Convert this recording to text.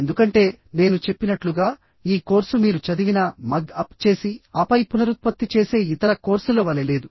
ఎందుకంటే నేను చెప్పినట్లుగా ఈ కోర్సు మీరు చదివిన మగ్ అప్ చేసి ఆపై పునరుత్పత్తి చేసే ఇతర కోర్సుల వలె లేదు